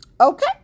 Okay